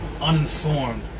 uninformed